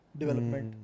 development